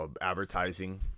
advertising